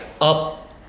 up